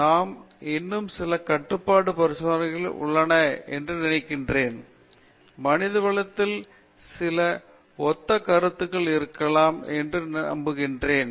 நாம் இன்னும் சில கட்டுப்பாட்டு பரிசோதனைகள் உள்ளன என்று நான் நினைக்கிறேன் மனிதவளத்தில் சில ஒத்த கருத்துகள் இருக்கலாம் என்று நான் நம்புகிறேன்